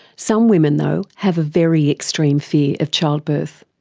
some women though have a very extreme fear of childbirth.